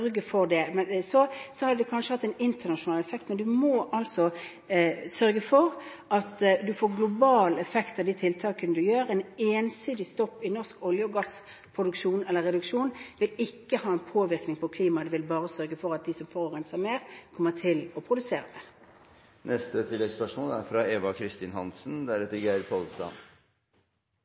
for dette, hadde det kanskje hatt en internasjonal effekt. Men du må altså sørge for at du får global effekt av de tiltakene du gjør. En ensidig stopp eller reduksjon i norsk olje- og gassproduksjon vil ikke ha påvirkning på klimaet. Det vil bare sørge for at de som forurenser mer, kommer til å produsere mer.